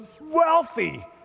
wealthy